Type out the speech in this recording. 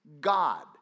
God